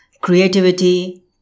creativity